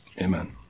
Amen